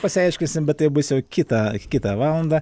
pasiaiškinsim bet tai bus jau kitą kitą valandą